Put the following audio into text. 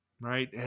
right